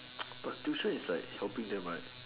but tuition is like helping them right